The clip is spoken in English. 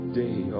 day